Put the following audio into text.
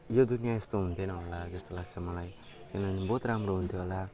यो दुनियाँ यस्तो हुन्थेन होला जस्तो लाग्छ मलाई किनभने बहुत राम्रो हुन्थ्यो होला